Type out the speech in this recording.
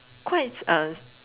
quite uh